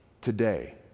Today